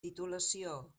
titulació